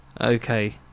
Okay